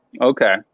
Okay